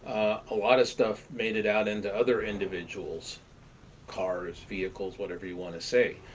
a lot of stuff made it out into other individuals' cars, vehicles, whatever you want to say,